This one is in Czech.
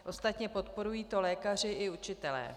Ostatně podporují to lékaři i učitelé.